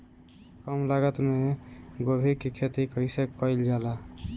कम लागत मे गोभी की खेती कइसे कइल जाला?